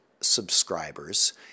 subscribers